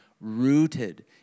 rooted